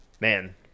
man